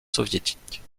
soviétiques